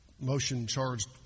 motion-charged